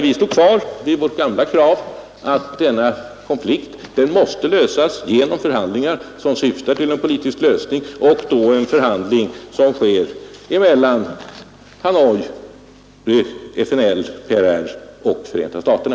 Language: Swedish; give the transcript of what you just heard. Vi står kvar vid vårt gamla krav att denna konflikt mäste lösas genom förhandlingar, som syftar till en politisk lösning och att dessa förhandlingar sker mellan Hanoi, ENL/PRR och Förenta staterna.